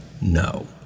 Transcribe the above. No